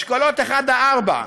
אשכולות 1 4,